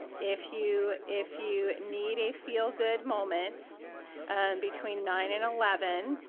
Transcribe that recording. if you if you need a feel good moment between nine and eleven,